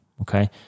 Okay